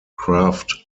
craft